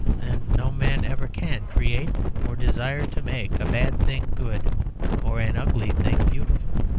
and no man ever can, create or desire to make a bad thing good or an ugly thing beautiful.